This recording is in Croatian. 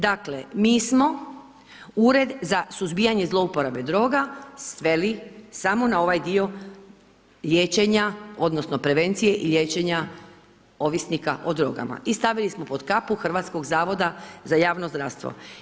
Dakle, mi smo ured za suzbijanje zlouporabe droga, sveli samo na ovaj dio liječenja, onda, prevencije i liječenja ovisnika o drogama i stavili smo pod kapu Hrvatskog zavoda za javno zdravstvo.